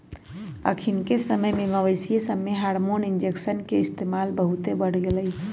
अखनिके समय में मवेशिय सभमें हार्मोन इंजेक्शन के इस्तेमाल बहुते बढ़ गेलइ ह